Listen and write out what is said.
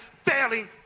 failing